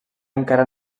encara